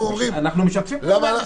אנחנו משתפים פעולה.